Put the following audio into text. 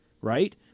right